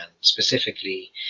specifically